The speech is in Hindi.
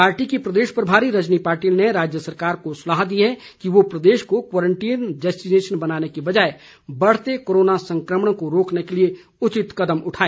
पार्टी की प्रदेश प्रभारी रजनी पाटिल ने राज्य सरकार को सलाह दी है कि वो प्रदेश को क्वारंटीन डेस्टिनेशन बनाने की बजाए बढ़ते कोरोना संकमण को रोकने के लिए उचित कदम उठाए